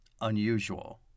unusual